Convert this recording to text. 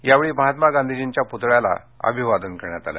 यावेळी महात्मा गांधीच्या पुतळ्याला अभिवादन करण्यात आलं